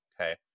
okay